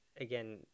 again